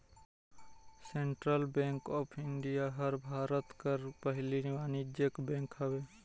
central bank of India हर भारत कर पहिल वानिज्यिक बेंक हवे